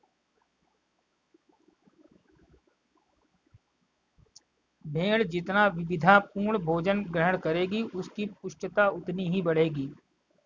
भेंड़ जितना विविधतापूर्ण भोजन ग्रहण करेगी, उसकी पुष्टता उतनी ही बढ़ेगी